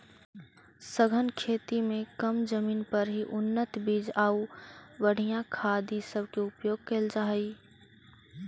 सघन खेती में कम जमीन पर ही उन्नत बीज आउ बढ़ियाँ खाद ई सब के उपयोग कयल जा हई